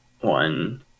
one